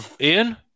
Ian